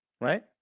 Right